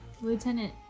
Lieutenant